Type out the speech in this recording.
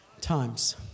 times